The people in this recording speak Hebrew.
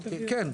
כן,